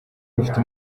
rufite